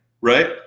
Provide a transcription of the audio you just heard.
right